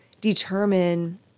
determine